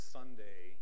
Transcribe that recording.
Sunday